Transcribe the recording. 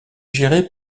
géré